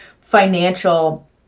financial